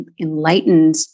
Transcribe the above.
enlightened